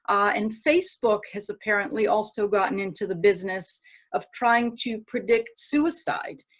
and facebook has apparently also gotten into the business of trying to predict suicide,